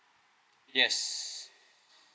yes